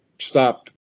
stop